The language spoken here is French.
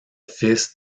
fils